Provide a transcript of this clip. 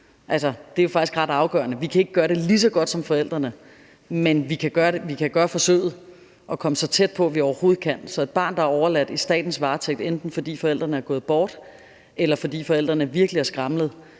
det er jo faktisk ret afgørende. Vi kan ikke gøre det lige så godt som forældrene, men vi kan gøre forsøget og komme så tæt på, som vi overhovedet kan. Så det er ikke ligegyldigt, hvad vi gør for et barn, der er overladt i statens varetægt, enten fordi forældrene er gået bort, eller fordi forældrene virkelig har skramlet.